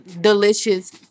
delicious